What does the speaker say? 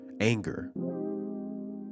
anger